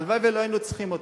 הלוואי שלא היינו צריכים אותו.